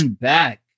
back